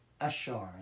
Assurance